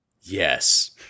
Yes